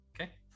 okay